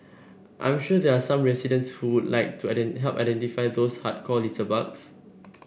I'm sure there are some residents who would like to help identify those hardcore litterbugs